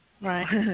Right